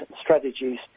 strategies